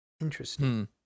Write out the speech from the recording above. interesting